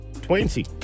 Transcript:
Twenty